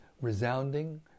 resounding